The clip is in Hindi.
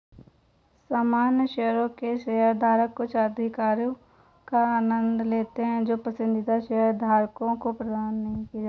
सामान्य शेयरों के शेयरधारक कुछ अधिकारों का आनंद लेते हैं जो पसंदीदा शेयरधारकों को प्रदान नहीं किए जाते हैं